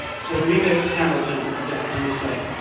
so, to remix hamilton a bit, let me say,